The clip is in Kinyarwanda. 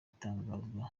itangazwa